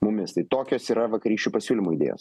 mumis tai tokios yra vakarykščių pasiūlymų idėjos